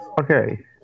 Okay